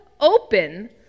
open